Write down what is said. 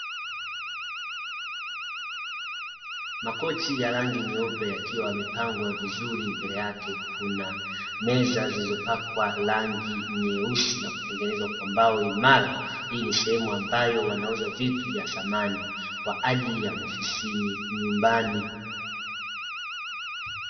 Makochi ya rangi nyeupe yakiwa yamepangwa vizuri, mbele yake kuna meza zilizopakwa rangi nyeusi na kutengenezwa kwa mbao imara. Hii ni sehemu ambayo wanauza vitu vya samani kwa ajili ya ofisini na nyumbani.